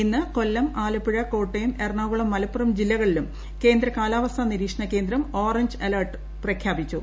ഇന്ന് കൊല്ലം ആലപ്പുഴ കോട്ടയം എറണാകുളം മലപ്പുറം ജില്ലകളിലും കേന്ദ്ര കാലാവസ്ഥാ നിരീക്ഷണ കേന്ദ്രം ഓറഞ്ച് അലർട്ട് പ്രഖ്യാപിച്ചു